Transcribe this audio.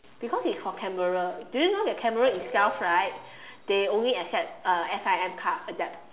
because it's for camera do you know that camera itself right they only accept uh S_I_M card adapt